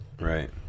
right